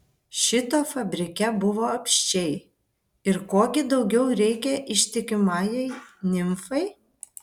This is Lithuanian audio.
šito fabrike buvo apsčiai ir ko gi daugiau reikia ištikimajai nimfai